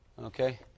Okay